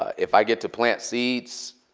if i get to plant seeds,